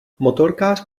motorkář